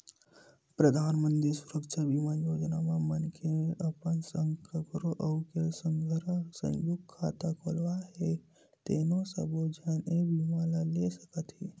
परधानमंतरी सुरक्छा बीमा योजना म मनखे अपन संग कखरो अउ के संघरा संयुक्त खाता खोलवाए हे तेनो सब्बो झन ए बीमा ल ले सकत हे